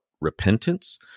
repentance